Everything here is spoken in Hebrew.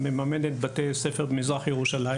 מדינת ישראל מממנת בתי ספר במזרח ירושלים